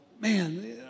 man